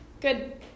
Good